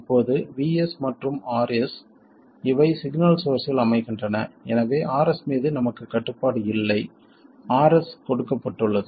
இப்போது VS மற்றும் RS இவை சிக்னல் சோர்ஸ்ஸில் அமைகின்றன எனவே RS மீது நமக்கு கட்டுப்பாடு இல்லை RS கொடுக்கப்பட்டுள்ளது